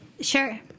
Sure